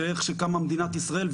של איך שקמה מדינת ישראל.